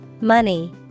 Money